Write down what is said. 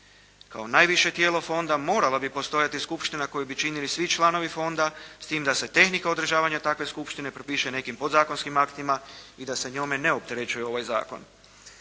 Kao najviše tijelo fonda morala bi postojati skupština koju bi činili svi članovi fonda, s tim da se tehnika održavanja takve skupštine propiše nekim podzakonskim aktima i da se njome ne opterećuje ovaj zakon.